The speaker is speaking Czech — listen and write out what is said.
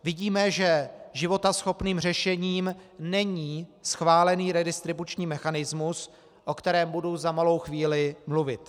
Vidíme, že životaschopným řešením není schválený redistribuční mechanismus, o kterém budu za malou chvíli mluvit.